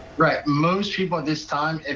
most people at this time,